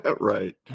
right